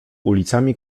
ulicami